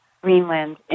Greenland